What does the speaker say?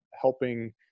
helping